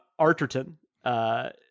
Arterton